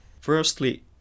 Firstly